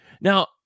Now